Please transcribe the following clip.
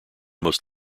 most